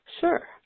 Sure